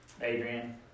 Adrian